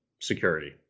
security